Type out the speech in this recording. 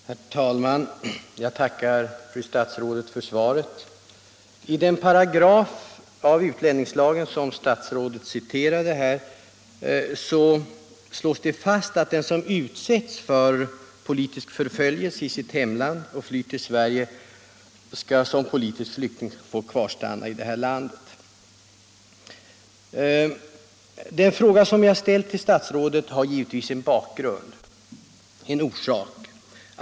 Herr talman! Jag tackar fru statsrådet för svaret. I den paragraf i utlänningslagen som statsrådet citerade slås det fast att den som utsätts för politisk förföljelse i sitt hemland och flyr till Sverige skall som politisk flykting få kvarstanna här. Den fråga som jag ställt till statsrådet har givetvis en bakgrund — en orsak.